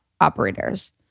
operators